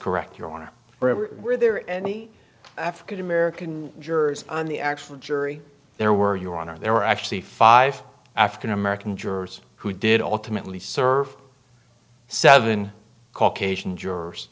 correct your honor were there any african american jurors on the actual jury there were your honor there were actually five african american jurors who did ultimately serve seven caucasian jurors